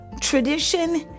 tradition